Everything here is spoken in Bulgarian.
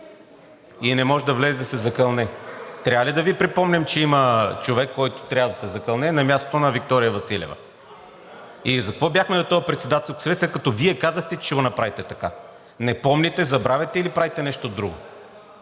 и не може да влезе да се закълне! Трябва ли да ви припомням, че има човек, който трябва да се закълне на мястото на Виктория Василева? И за какво бяхме на този Председателски съвет, след като Вие казахте, че ще го направите така. Не помните, забравяте или правите нещо друго?